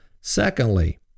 Secondly